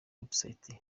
website